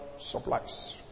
supplies